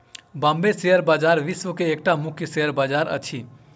Bombay share बजार विश्व के एकटा मुख्य शेयर बजार अछि